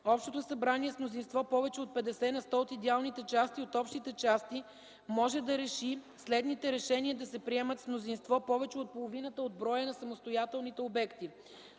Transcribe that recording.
Общото събрание с мнозинство повече от 50 на сто от идеалните части от общите части може да реши следните решения да се приемат с мнозинство повече от половината от броя на самостоятелните обекти: